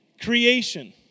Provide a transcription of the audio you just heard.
Creation